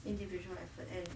individual effort and